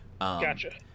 Gotcha